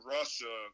Russia